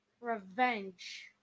revenge